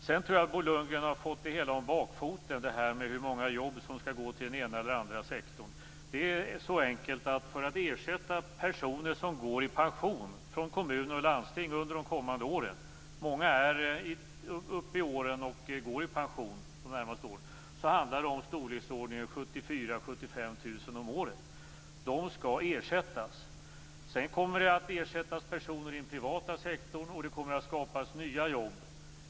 Sedan tror jag att Bo Lundgren har fått detta med hur många jobb som skall gå till den ena eller den andra sektorn om bakfoten. Det är så enkelt att de personer i kommuner och landsting som är uppe i åren och går i pension under de närmaste åren - i storleksordningen 74 000-75 000 personer om året - skall ersättas. Sedan kommer det att ersättas personer i den privata sektorn, och det kommer att skapas nya jobb.